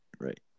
Right